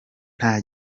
nta